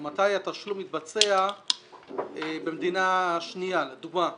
או מתי התשלום יתבצע במדינה שנייה, לדוגמה.